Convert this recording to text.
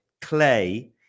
Clay